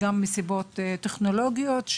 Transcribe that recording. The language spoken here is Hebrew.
ביניהן גם סיבות טכנולוגיות.